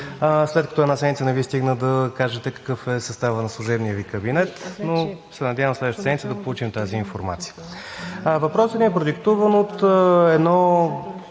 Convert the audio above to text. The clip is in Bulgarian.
след като една седмица не Ви стигна да кажете какъв е съставът на служебния Ви кабинет, но се надявам следващата седмица да получим тази информация. Въпросът ми е продиктуван от едно